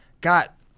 got